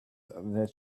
that